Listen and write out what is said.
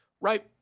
right